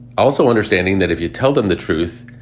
also understanding that if you tell them the truth,